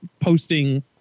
posting